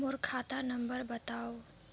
मोर खाता नम्बर बताव?